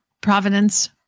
Providence